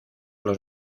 los